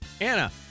Anna